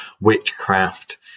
witchcraft